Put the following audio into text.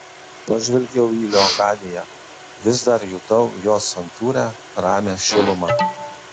pažvelgiau į leokadiją vis dar jutau jos santūrią ramią šilumą